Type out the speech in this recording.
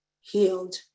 healed